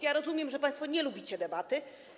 Ja rozumiem, że państwo nie lubicie debaty.